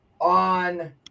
on